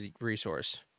resource